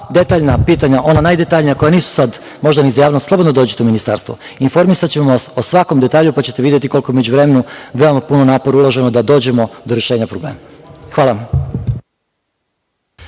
detaljna pitanja, ona najdetaljnija koja nisu sad možda za javnost, slobodno dođite u ministarstvo, informisaćemo vas o svakom detalju, pa ćete videti koliko puno napora ulažemo da dođemo do rešenja problema. Hvala